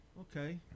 okay